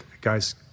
guys